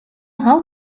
how